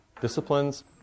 disciplines